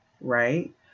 right